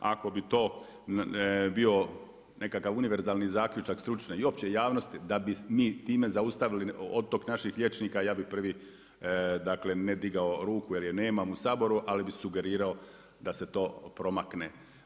Ako bi to bio nekakav univerzalni zaključak stručne i opće javnosti, da bi mi time zaustavili odtok naših liječnika ja bih prvi dakle ne digao ruku jer je nemam u Saboru ali bih sugerirao da se to promakne.